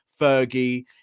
Fergie